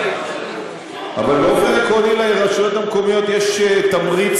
אבל באופן עקרוני לרשויות המקומיות יש תמריץ